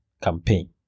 campaign